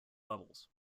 levels